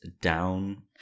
down